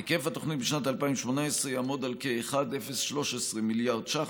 היקף התוכניות בשנת 2018 יעמוד על כ-1.013 מיליארד ש"ח,